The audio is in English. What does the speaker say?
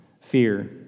fear